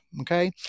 okay